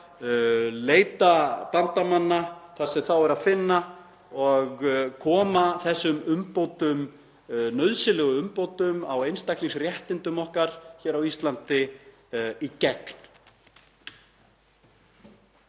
leita bandamanna þar sem þá er að finna og koma þessum nauðsynlegu umbótum á einstaklingsréttindum okkar hér á Íslandi í gegn.